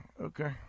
okay